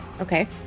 Okay